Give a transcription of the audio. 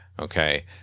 Okay